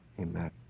amen